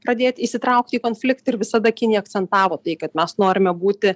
pradėt įsitraukti į konfliktą ir visada kinija akcentavo tai kad mes norime būti